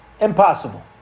Impossible